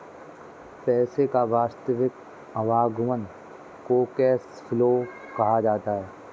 पैसे का वास्तविक आवागमन को कैश फ्लो कहा जाता है